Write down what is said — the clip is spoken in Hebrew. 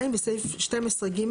בסעיף 12(ג)